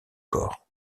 corps